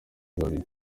babiri